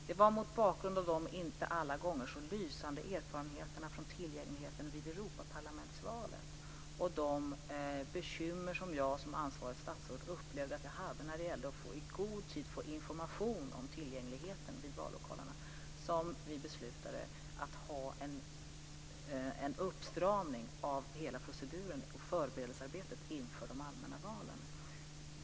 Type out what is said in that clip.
Det var mot bakgrund av de inte alla gånger så lysande erfarenheterna av tillgängligheten vid Europaparlamentsvalet och de bekymmer som jag som ansvarigt statsråd upplevde att jag hade när det gällde att i god tid få information om tillgängligheten avseende vallokalerna som vi beslutade att ha en uppstramning av hela proceduren i förberedelsearbetet inför de allmänna valen.